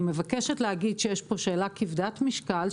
אני מבקשת להגיד שיש פה שאלה כבדת משקל,